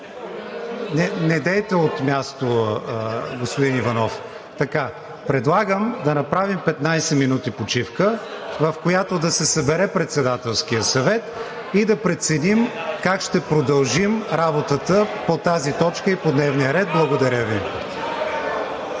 Недейте от място, господин Иванов. Предлагам да направим 15 минути почивка, в която да се събере Председателският съвет, и да преценим как ще продължим работата по тази точка и по дневния ред. Благодаря Ви.